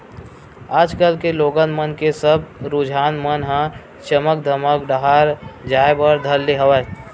आज कल के लोगन मन के सब रुझान मन ह चमक धमक डाहर जाय बर धर ले हवय